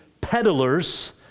peddlers